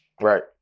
Right